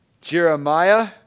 Jeremiah